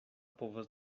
povas